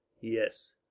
Yes